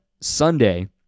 Sunday